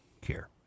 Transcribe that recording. care